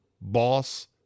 boss